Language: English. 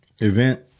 event